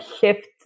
shift